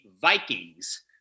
Vikings